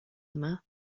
yma